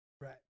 Right